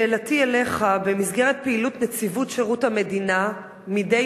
שאלתי אליך: במסגרת פעילות נציבות שירות המדינה מדי